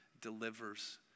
delivers